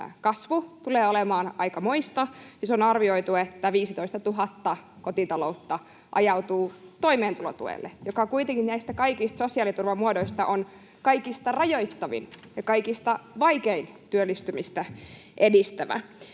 kasvu tulee olemaan aikamoista. On arvioitu, että 15 000 kotitaloutta ajautuu toimeentulotuelle, joka kuitenkin näistä kaikista sosiaaliturvan muodoista on kaikista rajoittavin ja kaikista vaikeimmin työllistymistä edistävä.